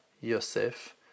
Yosef